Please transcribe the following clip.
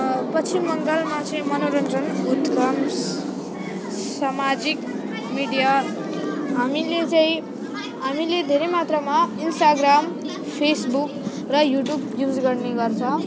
पश्चिम बङ्गालमा चाहिँ मनोरञ्जन सामाजिक मिडिया हामीले चाहिँ हामीले धेरै मात्रामा इन्स्ट्राग्राम फोसबुक र युट्युब युज गर्ने गर्छौँ